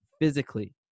physically